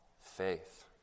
faith